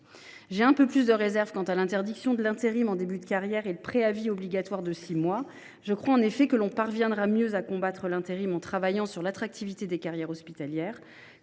J’ai un peu plus de réserves sur l’interdiction de l’intérim en début de carrière et le préavis obligatoire de six mois. Je crois en effet que nous parviendrons mieux à combattre l’intérim en travaillant sur l’attractivité des carrières hospitalières.